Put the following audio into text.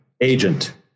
agent